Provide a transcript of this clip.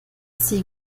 sie